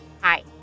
Hi